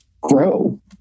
grow